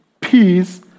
peace